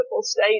state